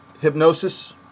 hypnosis